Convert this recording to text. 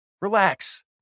Relax